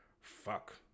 fuck